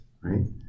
right